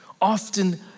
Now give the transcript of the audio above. Often